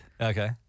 Okay